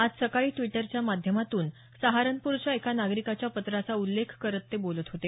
आज सकाळी द्विटरच्या माध्यमातून सहारनपूरच्या एका नागरिकाच्या पत्राचा उल्लेख करत ते बोलत होते